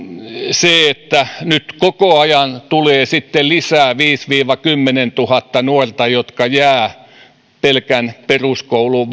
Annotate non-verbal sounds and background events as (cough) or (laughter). kun nyt koko ajan tulee sitten lisää viisituhatta viiva kymmenentuhatta nuorta jotka jäävät pelkän peruskoulun (unintelligible)